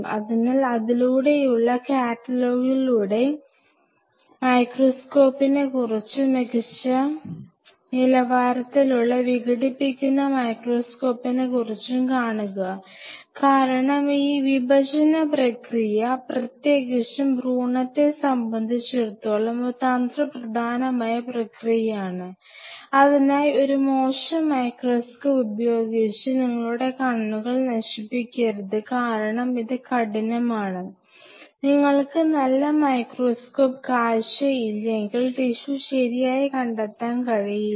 അതിനാൽ അതിലൂടെയുള്ള കാറ്റലോഗുകളിലൂടെ മൈക്രോസ്കോപ്പിനെക്കുറിച്ചും മികച്ച നിലവാരത്തിലുള്ള വിഘടിപ്പിക്കുന്ന മൈക്രോസ്കോപ്പിനെക്കുറിച്ചും കാണുക കാരണം ഈ വിഭജന പ്രക്രിയ പ്രത്യേകിച്ചും ഭ്രൂണത്തെ സംബന്ധിച്ചിടത്തോളം ഒരു തന്ത്രപ്രധാനമായ പ്രക്രിയയാണ് അതിനായി ഒരു മോശം മൈക്രോസ്കോപ്പ് ഉപയോഗിച്ച് നിങ്ങളുടെ കണ്ണുകൾ നശിപ്പിക്കരുത് കാരണം ഇത് കഠിനമാണ് നിങ്ങൾക്ക് നല്ല മൈക്രോസ്കോപ്പ് കാഴ്ച ഇല്ലെങ്കിൽ ടിഷ്യു ശരിയായി കണ്ടെത്താൻ കഴിയില്ല